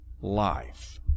life